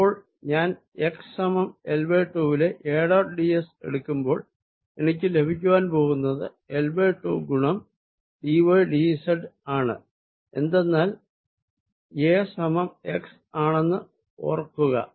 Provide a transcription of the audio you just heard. അപ്പോൾഞാൻ x സമം L2 വിലെ A dot d s എടുക്കുമ്പോൾ എനിക്ക് ലഭിക്കാൻ പോകുന്നത് L2 ഗുണം d y d z ആണ് എന്നതെന്നാൽ A സമം x ആണെന്ന് ഓർക്കുക